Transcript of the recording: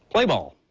play ball.